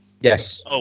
Yes